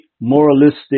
moralistic